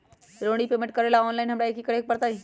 Loan repayment करेला online हमरा की करे के परतई?